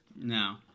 No